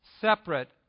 separate